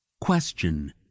Question